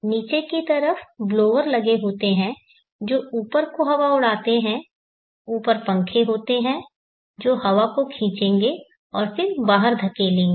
नीचे की तरफ ब्लोअर लगे होते हैं जो ऊपर को हवा उड़ाते हैं ऊपर पंखे होते हैं जो हवा को खींचेंगे और फिर बाहर धकेलेंगे